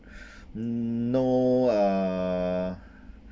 no uh